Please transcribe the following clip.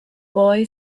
boy